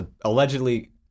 allegedly